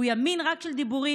הוא ימין רק של דיבורים,